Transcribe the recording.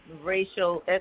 racial